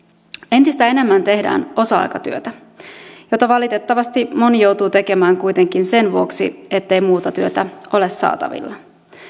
entistä enemmän tehdään osa aikatyötä jota valitettavasti moni joutuu tekemään kuitenkin sen vuoksi ettei muuta työtä ole saatavilla